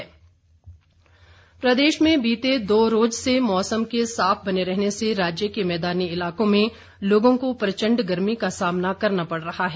मौसम प्रदेश में बीते दो रोज से मौसम के साफ बने रहने से राज्य के मैदानी इलाकों में लोगों को प्रचंड गर्मी का सामना करना पड़ रहा है